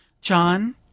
John